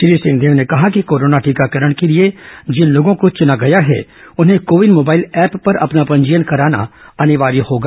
श्री सिंहदेव ने कहा कि कोरोना टीकाकरण के लिए जिन लोगों को चुना गया है उन्हें को विन मोबाइल ऐप पर अपना पंजीयन कराना अनिवार्य होगा